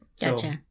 Gotcha